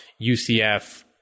UCF